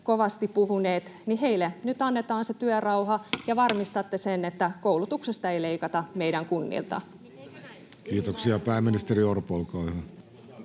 kovasti puhuneet, niin heille nyt annetaan se työrauha ja varmistatte sen, että koulutuksesta ei leikata meidän kunnilta. [Vasemmalta: Eikö näin?] Kiitoksia. — Pääministeri Orpo, olkaa hyvä.